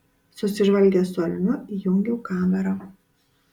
susižvalgęs su almiu įjungiau kamerą